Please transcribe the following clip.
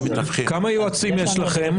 כמה יועצים כאלה יש לכם?